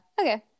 okay